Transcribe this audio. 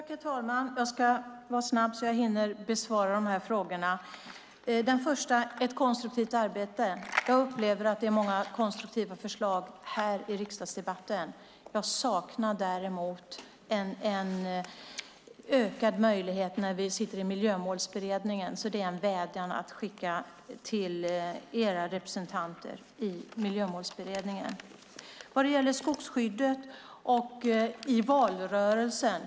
Herr talman! Jag ska vara snabb så att jag hinner besvara frågorna. Först var det en fråga om konstruktivt arbete. Jag upplever att det kommer fram många konstruktiva förslag i riksdagsdebatten. Jag saknar däremot en ökad möjlighet till att lägga fram förslag i Miljömålsberedningen. Det är en vädjan att skicka till era representanter i Miljömålsberedningen. Sedan var det frågan om vad som togs upp om skogsskyddet i valrörelsen.